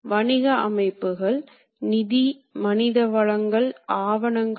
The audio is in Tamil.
எனவே இந்த இயக்கிகளை இயக்கி பற்றிய பாடங்களில் விரிவாகக் காண்போம்